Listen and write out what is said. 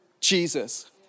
Jesus